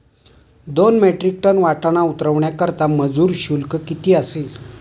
दोन metric ton वाटाणा उतरवण्याकरता मजूर शुल्क किती असेल?